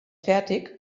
fertig